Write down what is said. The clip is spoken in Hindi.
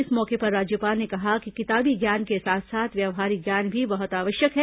इस मौके पर राज्यपाल ने कहा कि किताबी ज्ञान के साथ साथ व्यवहारिक ज्ञान भी बहुत आवश्यक है